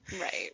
Right